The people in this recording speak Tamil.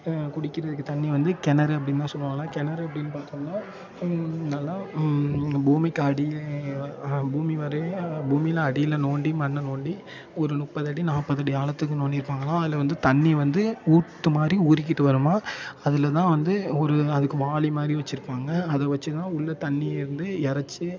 குடிக்கிறதுக்கு தண்ணி வந்து கிணறு அப்டின்னு தான் சொல்வாங்களாம் கிணறு அப்டின்னு பார்த்தோம்னா நல்லா பூமிக்கு அடியில் பூமி வரையில் பூமியில் அடியில் தோண்டி மண்ணை தோண்டி ஒரு முப்பது அடி நாற்பது அடி ஆழத்துக்கு தோண்டி இருப்பாங்களாம் அதில் வந்து தண்ணி வந்து ஊற்று மாதிரி ஊறிக்கிட்டு வருமாம் அதில் தான் வந்து ஒரு அதுக்கு ஒரு வாளி மாதிரி வெச்சுருப்பாங்க அதை வெச்சு தான் வந்து உள்ளே தண்ணியை வந்து எறைச்சு